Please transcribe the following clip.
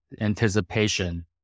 anticipation